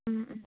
ꯎꯝ ꯎꯝ